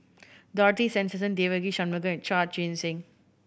Dorothy Tessensohn Devagi Sanmugam and Chua Joon Siang